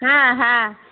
হ্যাঁ হ্যাঁ